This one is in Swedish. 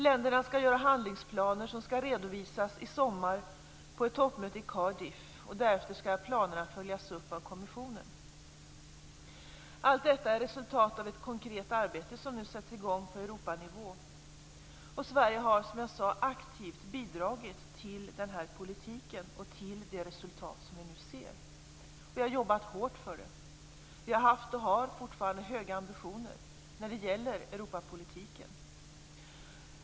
Länderna skall göra handlingsplaner som skall redovisas i sommar på ett toppmöte i Cardiff, och därefter skall planerna följas upp av kommissionen. Allt detta är resultat av ett konkret arbete som nu sätts i gång på Europanivå. Sverige har, som jag sade, aktivt bidragit till den här politiken och till det resultat som vi nu ser. Vi har jobbat hårt för det. Vi har haft och har fortfarande höga ambitioner när det gäller Europapolitiken.